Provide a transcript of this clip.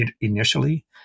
initially